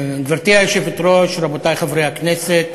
גברתי היושבת-ראש, רבותי חברי הכנסת,